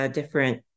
different